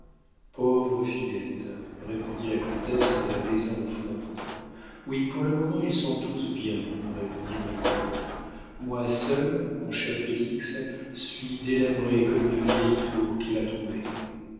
pauvre fillette répondit la comtesse en la baisant au front oui pour le moment ils sont tous bien répondit le comte moi seul mon cher félix suis délabré comme une vieille tour qui va tomber